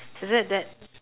is it that